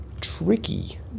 tricky